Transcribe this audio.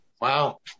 wow